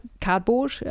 cardboard